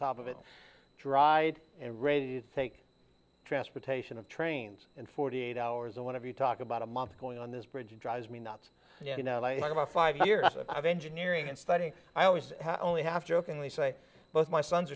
top of it dried and raised sake transportation of trains in forty eight hours and whenever you talk about a month going on this bridge drives me nuts about five years of engineering and studying i was only half jokingly say both my sons